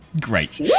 Great